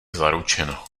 zaručeno